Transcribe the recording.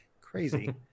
crazy